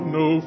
no